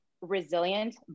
resilient